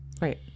Right